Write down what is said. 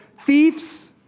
thieves